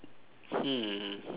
hmm